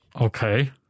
okay